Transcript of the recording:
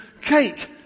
cake